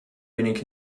wenig